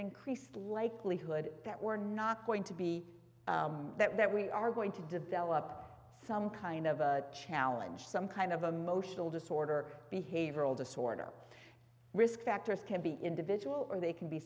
increased likelihood that we're not going to be that we are going to develop some kind of a challenge some kind of emotional disorder behavioral disorder risk factors can be individual or they can be